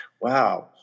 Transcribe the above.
wow